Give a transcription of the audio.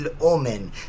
omen